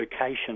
location